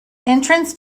entrance